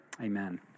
Amen